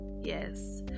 Yes